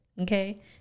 Okay